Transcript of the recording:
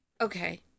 Okay